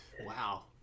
Wow